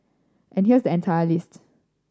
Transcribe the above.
and here's the entire list